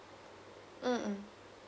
mm mm